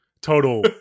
Total